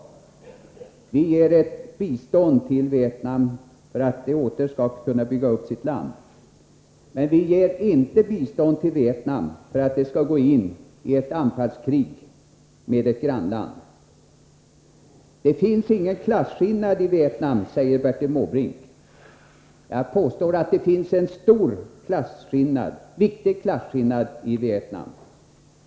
Vi ger ett bistånd till Vietnam för att man åter skall kunna bygga upp sitt land, men vi ger inte bistånd till Vietnam för att man skall föra ett anfallskrig mot ett grannland. Det finns ingen klasskillnad i Vietnam, säger Bertil Måbrink. Jag påstår att det finns en stor och viktig klasskillnad i Vietnam.